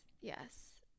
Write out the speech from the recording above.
Yes